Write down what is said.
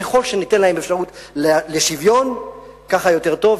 ככל שניתן להם אפשרות לשוויון, כך יותר טוב.